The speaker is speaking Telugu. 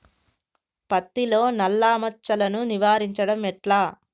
పత్తిలో నల్లా మచ్చలను నివారించడం ఎట్లా?